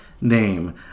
name